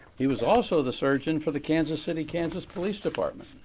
he was also the surgeon for the kansas city, kansas police department.